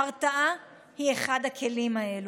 ההרתעה היא אחד מהכלים האלה.